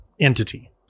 entity